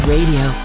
Radio